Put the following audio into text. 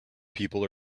people